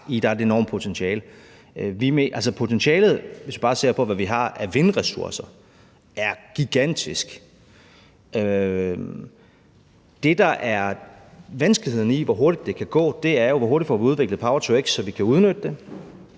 der er et enormt potentiale. Hvis vi bare ser på, hvad vi har af vindressourcer, er potentialet gigantisk. Det, der er vanskeligheden, i forhold til hvor hurtigt det kan gå, er jo, hvor hurtigt vi får udviklet power-to-x, så vi kan udnytte det,